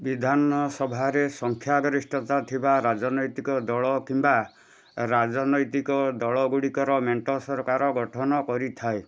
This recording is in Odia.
ବିଧାନସଭାରେ ସଂଖ୍ୟାଗରିଷ୍ଠତା ଥିବା ରାଜନୈତିକ ଦଳ କିମ୍ବା ରାଜନୈତିକ ଦଳ ଗୁଡ଼ିକର ମେଣ୍ଟ ସରକାର ଗଠନ କରିଥାଏ